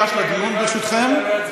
ניגש לדיון, ברשותכם.